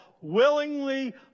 willingly